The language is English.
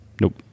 Nope